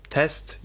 test